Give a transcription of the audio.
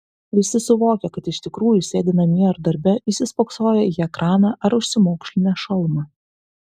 visi suvokia kad iš tikrųjų sėdi namie ar darbe įsispoksoję į ekraną ar užsimaukšlinę šalmą